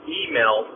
email